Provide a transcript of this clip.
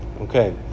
Okay